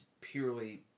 purely